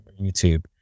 YouTube